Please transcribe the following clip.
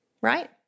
Right